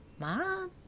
Mom